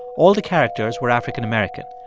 all the characters were african-american.